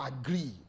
agree